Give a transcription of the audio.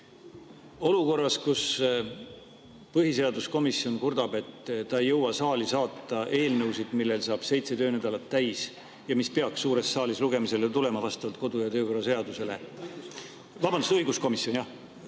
Olukorras, kus põhiseaduskomisjon kurdab, et ta ei jõua saali saata eelnõusid, millel saab seitse töönädalat täis ja mis peaks suures saalis lugemisele tulema vastavalt kodu- ja töökorra seadusele … (Keegi täpsustab.) Vabandust, õiguskomisjon! Jah,